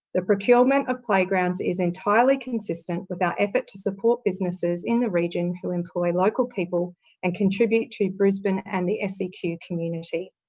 the procurement of playgrounds is entirely consistent with our effort to support businesses in the region who employ local people and contribute to brisbane and the seq community.